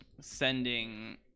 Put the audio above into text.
sending